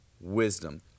wisdom